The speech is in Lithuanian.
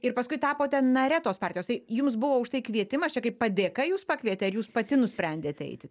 ir paskui tapote nare tos partijos tai jums buvo už tai kvietimas čia kaip padėka jus pakvietė ar jūs pati nusprendėte eiti